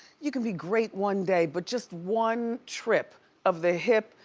you can be great one day but just one trip of the hip,